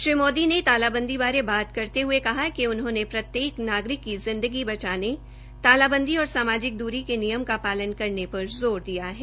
श्री मोदी ने तालाबंदी बारे बात करते हुए कहा कि उन्होंने प्रत्येक नागरिक की जिंदगी बचाने तालाबंदी और सामाजिक दूरी के नियम का पालन करने पर जोर दिया है